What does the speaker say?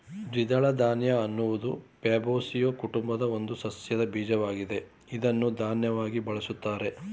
ದ್ವಿದಳ ಧಾನ್ಯ ಅನ್ನೋದು ಫ್ಯಾಬೇಸಿಯೊ ಕುಟುಂಬದ ಒಂದು ಸಸ್ಯದ ಬೀಜವಾಗಿದೆ ಇದ್ನ ಧಾನ್ಯವಾಗಿ ಬಳುಸ್ತಾರೆ